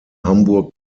hamburg